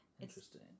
interesting